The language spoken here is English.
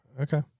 Okay